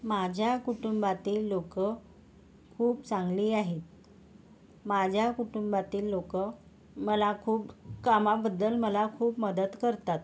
माझ्या कुटुंबातील लोक खूप चांगली आहेत माझ्या कुटुंबातील लोक मला खूप कामाबद्दल मला खूप मदत करतात